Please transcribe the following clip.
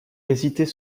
hésitait